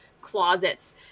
Closets